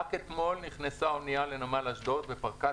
רק אתמול נכנסה אונייה לנמל אשדוד ופרקה